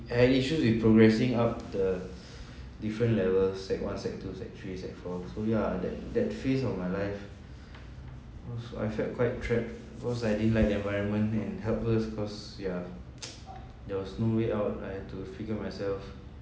had issues with progressing up the different levels sec one sec two sec three sec four so yeah that that phase of my life was I felt quite trapped because I didn't like the environment and helpless because yeah there was no way out I had to figure myself